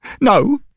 No